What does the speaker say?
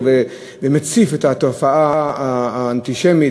שמגביר ומציף את התופעה האנטישמית.